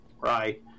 Right